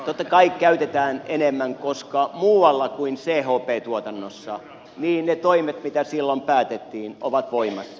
totta kai käytetään enemmän koska muualla kuin chp tuotannossa ne toimet mitä silloin päätettiin ovat voimassa